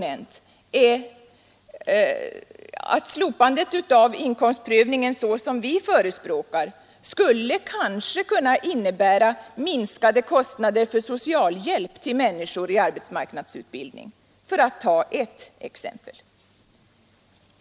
Ett sådant slopande av inkomstprövningen som vi förespråkar skulle kanske, för att ta ett exempel, innebära minskade kostnader för socialhjälp till människor i arbetsmarknadsutbildning.